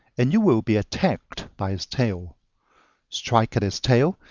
and you will be attacked by its tail strike at its tail,